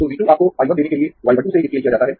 तो V 2 आपको I 1 देने के लिए y 1 2 से स्केल किया जाता है